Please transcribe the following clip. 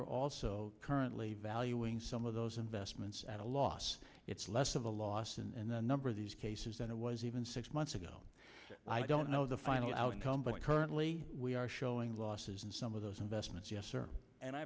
are also currently valuing some of those investments at a loss it's less of a loss and the number of these cases than it was even six months ago i don't know the final outcome but currently we are showing losses in some of those investments